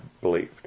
believed